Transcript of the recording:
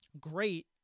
great